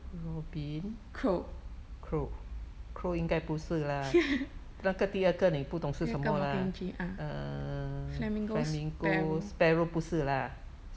crow 第二个 mockingjay ah flamingo s~ sparrow